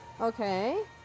Okay